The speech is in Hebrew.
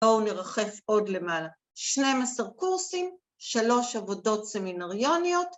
‫בואו נרחף עוד למעלה. ‫12 קורסים, שלוש עבודות סמינריוניות,